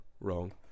wrong